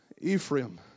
Ephraim